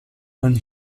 and